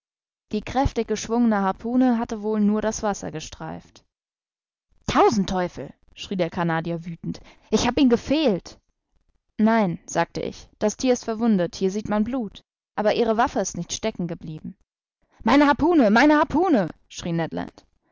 die kräftig geschwungene harpune hatte wohl nur das wasser gestreift tausend teufel schrie der canadier wüthend ich hab ihn gefehlt nein sagte ich das thier ist verwundet hier sieht man blut aber ihre waffe ist nicht stecken geblieben meine harpune meine harpune